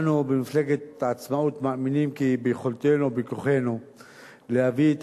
אנו במפלגת העצמאות מאמינים כי ביכולתנו ובכוחנו להביא את